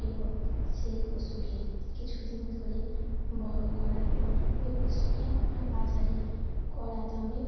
এবং সেই পশুকে কিছু দিন ধরে বড় করার পর ওই পশুকে আবার বাজারে কড়া দামে